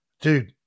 dude